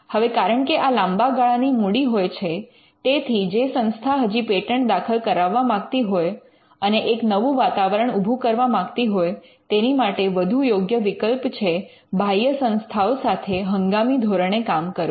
હવે કારણ કે આ લાંબા ગાળાની મૂડી હોય છે તેથી જે સંસ્થા હજી પેટન્ટ દાખલ કરાવવા માગતી હોય અને એક નવું વાતાવરણ ઉભુ કરવા માગતી હોય તેની માટે વધુ યોગ્ય વિકલ્પ છે બાહ્ય સંસ્થાઓ સાથે હંગામી ધોરણે કામ કરવું